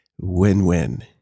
Win-win